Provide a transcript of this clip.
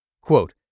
Quote